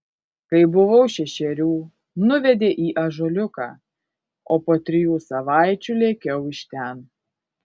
kai buvau šešerių nuvedė į ąžuoliuką o po trijų savaičių lėkiau iš ten